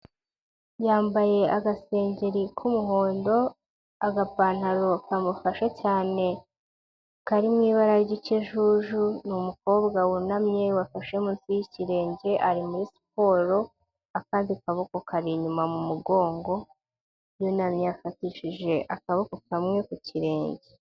Yambaye agasengeri k'umuhondo, agapantaro kamufashe cyane kari mu ibara ry'ikijuju ni umukobwa wunamye wafashe munsi y'ikirenge ari muri siporo akandi kaboko kari inyuma mu mugongo, yunamye yafatishije akaboko kamwe ku kirenge.